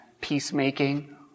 peacemaking